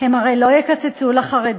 "הם הרי לא יקצצו לחרדים.